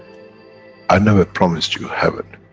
i never promised you heaven,